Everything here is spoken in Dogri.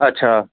अच्छा